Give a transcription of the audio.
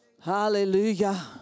Hallelujah